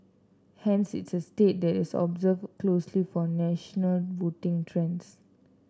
hence it's a state that is observed closely for national voting trends